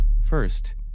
First